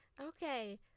Okay